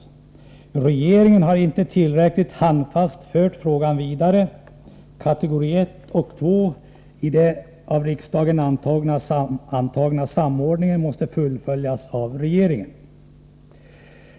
Regeringen har inte tillräckligt handfast fört frågan vidare. Kategori 1 och 2 i det av riksdagen antagna programmet för samordning måste fullföljas av regeringen.